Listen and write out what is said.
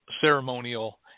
ceremonial